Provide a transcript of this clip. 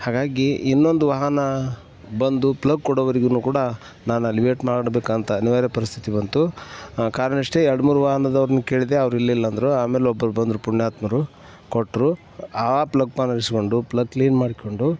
ಹಾಗಾಗಿ ಇನ್ನೊಂದು ವಾಹನ ಬಂದು ಪ್ಲಗ್ ಕೊಡೋವರಿಗೂ ಕೂಡ ನಾನು ಅಲ್ಲಿ ವೇಟ್ ಮಾಡ್ಬೇಕಾದಂತ ಅನಿವಾರ್ಯ ಪರಿಸ್ಥಿತಿ ಬಂತು ಕಾರಣ ಇಷ್ಟೇ ಎರಡು ಮೂರು ವಾಹನದವ್ರನ್ನ ಕೇಳಿದೆ ಅವ್ರು ಇಲ್ಲಿಲ್ಲ ಅಂದರು ಆಮೇಲೆ ಒಬ್ಬರು ಬಂದರು ಪುಣ್ಯಾತ್ಮರು ಕೊಟ್ಟರು ಆ ಪ್ಲಗ್ ಪಾನರ್ ಇಸ್ಕೊಂಡು ಪ್ಲಗ್ ಕ್ಲೀನ್ ಮಾಡ್ಕೊಂಡು